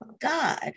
God